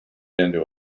into